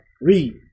Read